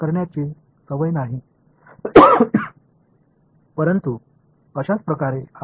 எனவே இதுவும் இதுவும் நான் ஒப்பிடப் போகிறேன்